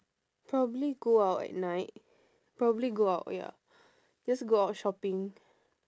probably go out at night probably go out ya just go out shopping